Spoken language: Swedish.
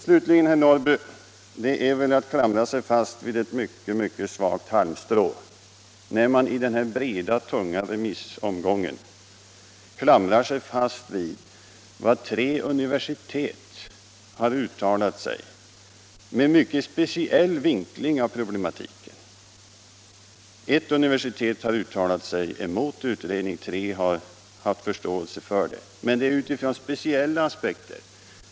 Slutligen vill jag säga till herr Norrby: Det är väl att klamra sig fast vid ett mycket svagt halmstrå att i den här breda remissomgången fästa sig så vid vad tre universitet med en mycket speciell vinkling av problematiken har yttrat. Ett universitet har uttalat sig emot utredningen och tre har haft förståelse för den. Men de har yttrat sig utifrån speciella synpunkter.